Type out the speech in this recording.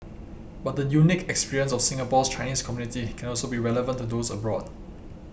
but the unique experience of Singapore's Chinese community can also be relevant to those abroad